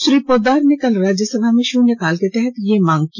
श्री पोददार ने कल राज्यसभा में शून्यकाल के तहत यह मांग की